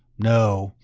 no.